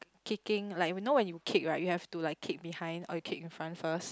kicking like you know when you kick right you have to like kick behind or you kick in front first